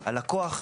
הלקוח,